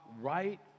right